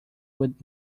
would